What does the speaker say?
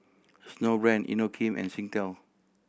Snowbrand Inokim and Singtel